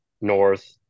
north